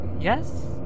Yes